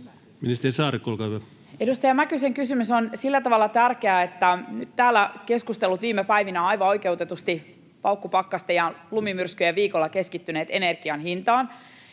Time: 16:37 Content: Edustaja Mäkysen kysymys on sillä tavalla tärkeä, että nyt täällä keskustelut viime päivinä, aivan oikeutetusti paukkupakkasten ja lumimyrskyjen viikolla, ovat keskittyneet energian hintaan,